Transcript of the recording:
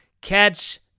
Catch